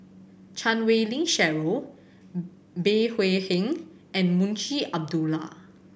Chan Wei Ling Cheryl Bey Hua Heng and Munshi Abdullah